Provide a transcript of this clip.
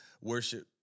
worship